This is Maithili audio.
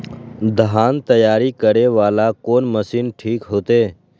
धान तैयारी करे वाला कोन मशीन ठीक होते?